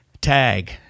Tag